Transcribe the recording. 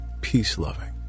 peace-loving